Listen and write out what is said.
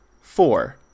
Four